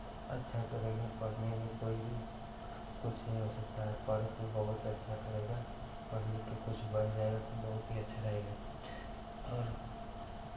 अच्छा करेगा पढ़ने में कोई भी कुछ नहीं हो सकता है पढ़ तू बहुत अच्छा करेगा पढ़ लिखके कुछ बन जाएगा तो बहुत ही अच्छा रहेगा और